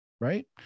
right